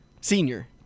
senior